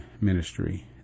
ministry